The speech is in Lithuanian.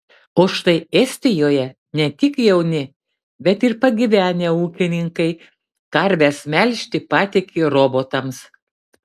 o štai estijoje ne tik jauni bet ir pagyvenę ūkininkai karves melžti patiki robotams